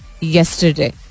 yesterday